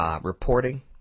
reporting